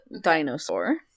dinosaur